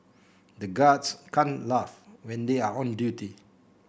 the guards can't laugh when they are on duty